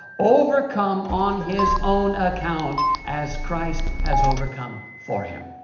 overcome on his own account, as christ has overcome for him.